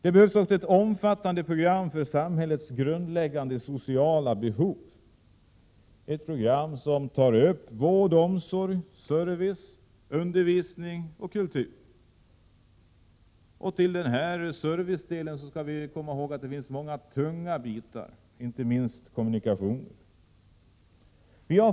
Det behövs också ett omfattande program för samhällets grundläggande sociala behov, ett program som tar upp vård, omsorg, service, undervisning och kultur. Beträffande servicedelen skall vi komma ihåg att det finns många tunga bitar, inte minst kommunikationen.